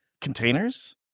Containers